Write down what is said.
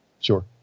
sure